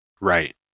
Right